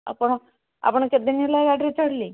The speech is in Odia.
ଆପଣ ଆପଣ କେତେଦିନ ହେଲା ଗାଡ଼ିରେ ଚଢ଼ିଲେ